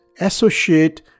associate